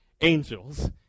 angels